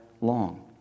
long